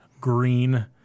green